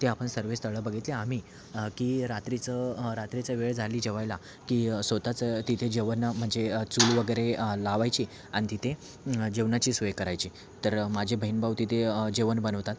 ते आपण सर्व स्थळं बघितले आम्ही की रात्रीचं रात्रीचं वेळ झाली जेवायला की स्वत च तिथे जेवण म्हणजे चूल वगैरे लावायची आणि तिथे जेवणाची सोय करायची तर माझे बहीणभाऊ तिथे जेवण बनवतात